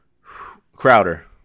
Crowder